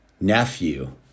nephew